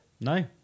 No